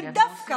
ודווקא